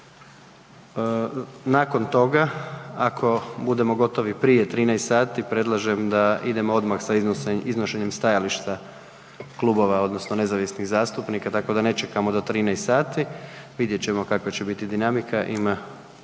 Nakon toga, ako budemo gotovi prije 13 sati, predlažem da idemo odmah sa iznošenjem stajališta klubova, odnosno nezavisnih zastupnika, tako da ne čekamo do 13 sati. Vidjet ćemo kakva će biti dinamika,